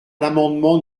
l’amendement